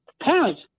parents